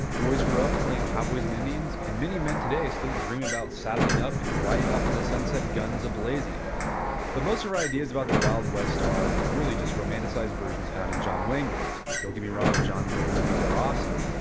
boys grew up playing cowboys and indians and many men today is still dreaming about saddling up and riding off in the sunset guns are blazing but most our ideas about the wild west are really just romanticized versions found in john wayne movies. don't get me wrong, john wayne movies are awesome.